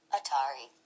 Atari